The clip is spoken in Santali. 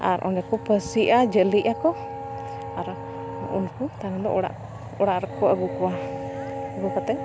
ᱟᱨ ᱚᱸᱰᱮ ᱠᱚ ᱯᱟᱹᱥᱤᱜᱼᱟ ᱡᱷᱟᱹᱞᱤᱜ ᱟᱠᱚ ᱟᱨ ᱩᱱᱠᱩ ᱛᱟᱦᱚᱞᱮ ᱫᱚ ᱚᱲᱟᱜ ᱚᱲᱟᱜ ᱨᱮᱠᱚ ᱟᱹᱜᱩ ᱠᱚᱣᱟ ᱟᱹᱜᱩ ᱠᱟᱛᱮᱫ